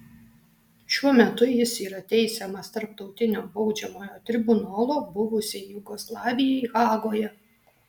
šiuo metu jis yra teisiamas tarptautinio baudžiamojo tribunolo buvusiai jugoslavijai hagoje